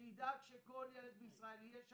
שידאג שכל ילד בישראל יהיה שווה.